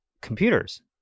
computers